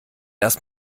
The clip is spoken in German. erst